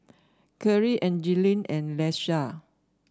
Kyrie Angeline and Leisha